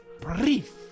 brief